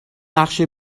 نقش